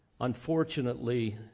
unfortunately